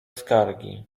skargi